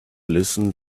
listen